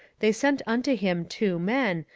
they sent unto him two men,